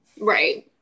right